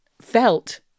felt